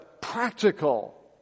practical